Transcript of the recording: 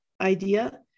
idea